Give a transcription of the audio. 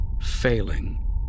failing